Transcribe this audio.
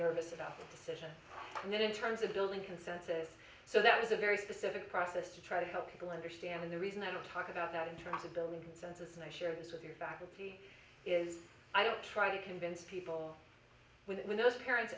nervous about the decision not in terms of building consensus so that was a very specific process to try to help people understand the reason i want to talk about that in terms of building a census and i share this with your faculty is i don't try to convince people with those parents